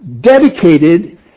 dedicated